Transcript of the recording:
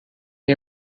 آیا